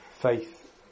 faith